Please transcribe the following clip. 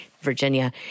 Virginia